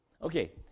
Okay